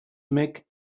make